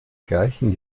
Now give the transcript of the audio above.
gleichen